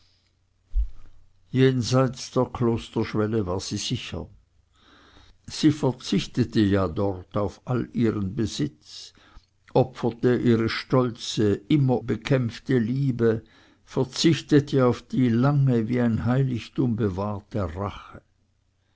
jenseits der klosterschwelle war sie sicher sie verzichtete ja dort auf all ihren besitz opferte ihre stolze immer bekämpfte liebe verzichtete auf die zu lange wie ein heiligtum bewahrte rache